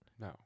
No